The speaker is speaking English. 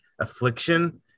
affliction